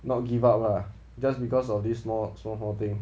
not give up lah just because of this small small small thing